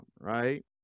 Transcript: right